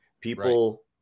People